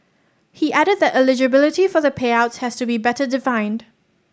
he added that eligibility for the payouts has to be better defined